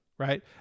right